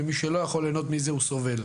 ומי שלא יכול ליהנות מזה הוא סובל.